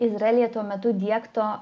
izraelyje tuo metu diegto